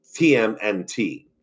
TMNT